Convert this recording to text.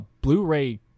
Blu-ray